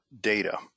data